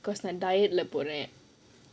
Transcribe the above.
because my diet lah போறேன்:poraen